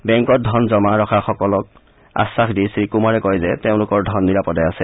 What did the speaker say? বেংকত ধন জমা ৰখা লোকসকলক আখাস দি শ্ৰীকুমাৰে কয় যে তেওঁলোকৰ ধন নিৰাপদে আছে